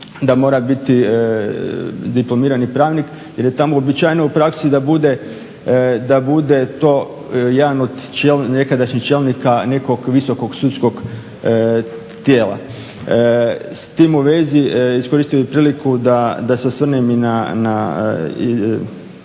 da mora biti diplomirani pravnik jer je tamo uobičajeno u praksi da bude to jedan od čelnika, nekadašnjih čelnika nekog visokog sudskog tijela. S tim u vezi iskoristio bi priliku da se osvrnem i na